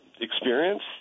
experience